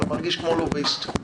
אבל מרגיש כמו לוביסט.